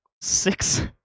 six